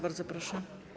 Bardzo proszę.